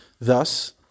Thus